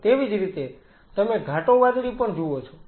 તેવીજ રીતે તમે ઘાટો વાદળી પણ જુઓ છો